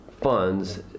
funds